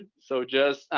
so just,